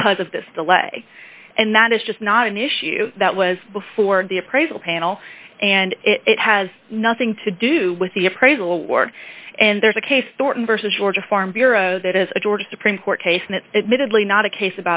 because of this delay and that is just not an issue that was before the appraisal panel and it has nothing to do with the appraisal work and there's a case thorton versus georgia farm bureau that is a georgia supreme court case and it's admittedly not a case